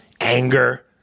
anger